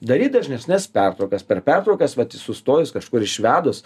daryti dažnesnes pertraukas per pertraukas vat sustojus kažkur išvedus